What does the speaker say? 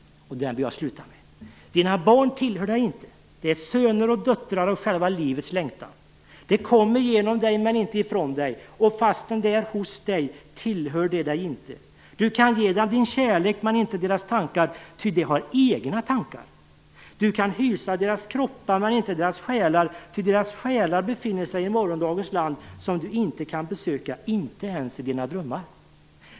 Jag vill sluta med att läsa den. Dina barn tillhör dig inte, de är söner och döttrar av själva livets längtan. De kommer genom dig, men inte ifrån dig, och fastän de är hos dig tillhör de dig inte. Du kan ge dem din kärlek men inte deras tankar, ty de har egna tankar. Du kan hysa deras kroppar men inte deras själar, ty deras själar befinner sig i morgondagens land, som du inte kan besöka, inte ens i dina drömmar.